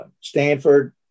Stanford